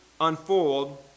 unfold